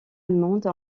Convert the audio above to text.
allemande